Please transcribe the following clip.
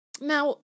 Now